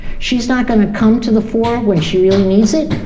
she's not going to come to the fore when she really needs it.